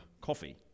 coffee